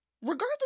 Regardless